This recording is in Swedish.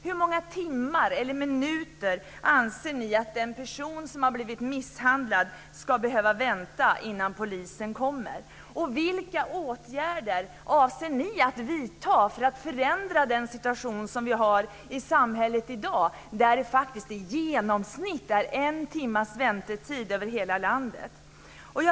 Hur många timmar eller minuter anser ni att en person som har blivit misshandlad ska behöva vänta innan polisen kommer? Och vilka åtgärder avser ni att vidta för att förändra den situation som vi har i samhället i dag, när det faktiskt i genomsnitt är en timmes väntetid över hela landet?